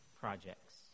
projects